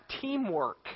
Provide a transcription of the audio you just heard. teamwork